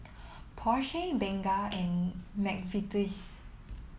Porsche Bengay and McVitie's